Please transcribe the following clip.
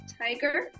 tiger